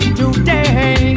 today